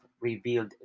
revealed